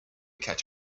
catch